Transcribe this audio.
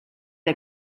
der